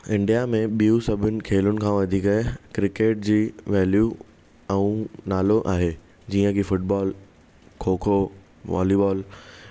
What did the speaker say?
India में ॿियू सभिनि खेलुनि खां वधीक क्रिकेट जी वैल्यू ऐं नालो आहे जीअं की फुटबॉल खोखो वोलीबॉल